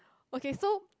okay so